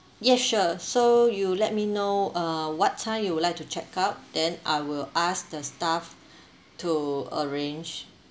yes sure so you let me know uh what time you would like to checkout then I will ask the staff to arrange